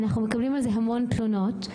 אנחנו מקבלים על זה המון תלונות.